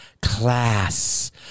Class